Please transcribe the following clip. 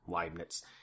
Leibniz